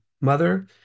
Mother